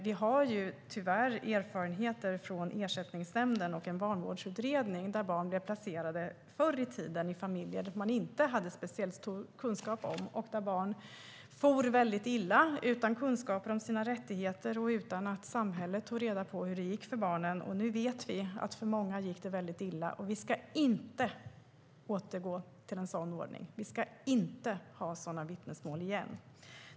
Vi har tyvärr erfarenheter från Ersättningsnämnden och en vanvårdsutredning som visar att barn förr i tiden blev placerade i familjer där det inte fanns speciellt stor kunskap och där barn for väldigt illa. Barnen hade inga kunskaper om sina rättigheter, och samhället tog inte reda på hur det gick för barnen. Nu vet vi att det gick väldigt illa för många, och vi ska inte återgå till en sådan ordning. Vi ska inte ha sådana vittnesmål igen.